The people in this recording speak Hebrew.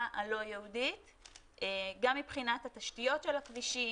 הלא-יהודית גם מבחינת התשתיות של הכבישים,